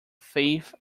faith